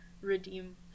redeem